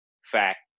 fact